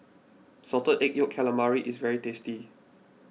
Salted Egg Yolk Calamari is very tasty